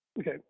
okay